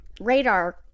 Radar